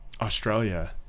Australia